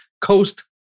coast